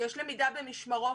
יש למידה במשמרות.